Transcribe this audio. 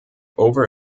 over